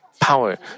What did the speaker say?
power